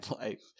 life